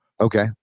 Okay